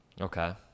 Okay